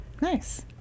nice